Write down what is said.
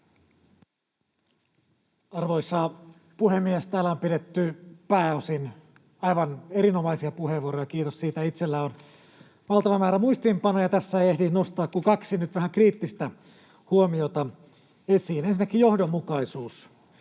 Arvoisa puhemies! Täällä on pidetty pääosin aivan erinomaisia puheenvuoroja, kiitos siitä. Itselläni on valtava määrä muistiinpanoja. Tässä ei ehdi nostaa kuin kaksi nyt vähän kriittistä huomiota esiin. Ensinnäkin johdonmukaisuus: